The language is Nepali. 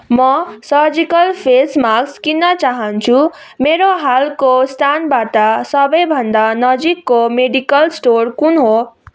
म सर्जिकल फेस मास्क किन्न चाहन्छु मेरो हालको स्थानबाट सबैभन्दा नजिकको मेडिकल स्टोर कुन हो